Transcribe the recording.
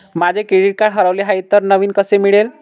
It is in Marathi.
माझे क्रेडिट कार्ड हरवले आहे तर नवीन कसे मिळेल?